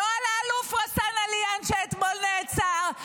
לא על האלוף רסאן עליאן שאתמול נעצר,